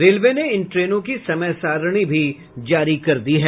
railway ने इन ट्रेनों की समय सारिणी भी जारी कर दी है